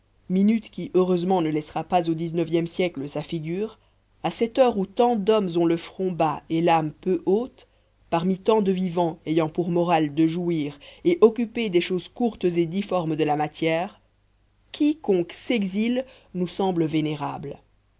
minute qui heureusement ne laissera pas au dix-neuvième siècle sa figure à cette heure où tant d'hommes ont le front bas et l'âme peu haute parmi tant de vivants ayant pour morale de jouir et occupés des choses courtes et difformes de la matière quiconque s'exile nous semble vénérable